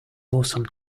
awesome